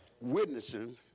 witnessing